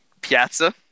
Piazza